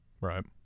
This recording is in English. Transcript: Right